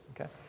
okay